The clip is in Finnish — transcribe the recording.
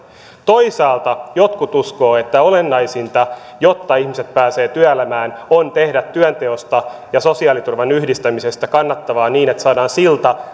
toisaalta jotkut uskovat että olennaisinta jotta ihmiset pääsevät työelämään on tehdä työnteosta ja sosiaaliturvan yhdistämisestä kannattavaa niin että saadaan silta